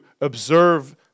observe